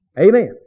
Amen